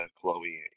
Chloe